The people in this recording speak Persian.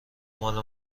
مال